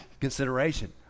consideration